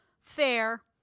fair